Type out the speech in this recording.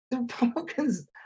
Republicans